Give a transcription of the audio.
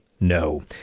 no